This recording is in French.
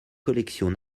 collections